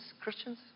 Christians